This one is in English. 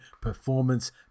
performance